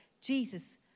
Jesus